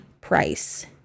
price